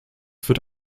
führt